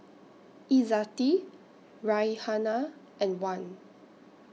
Izzati Raihana and Wan